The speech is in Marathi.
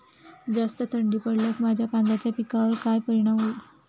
जास्त थंडी पडल्यास माझ्या कांद्याच्या पिकावर काय परिणाम होईल?